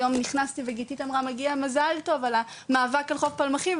היום נכנסתי וגיתית אמרה מגיע מזל טוב על המאבק על חוץ פלמחים,